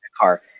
car